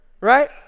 Right